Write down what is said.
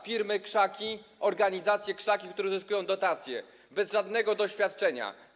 Firmy krzaki, organizacje krzaki, które zyskują dotacje, bez żadnego doświadczenia.